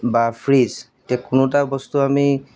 বা ফ্ৰিজ এতিয়া কোনো এটা বস্তু আমি